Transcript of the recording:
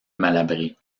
malabry